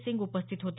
सिंग उपस्थित होते